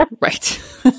Right